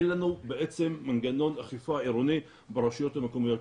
אין לנו מנגנון אכיפה עירוני ברשויות המקומיות,